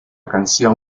canción